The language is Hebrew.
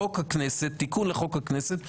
תיקון לחוק הכנסת,